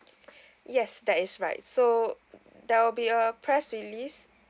yes that is right so there will be a press release